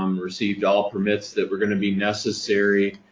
um received all permits that were going to be necessary.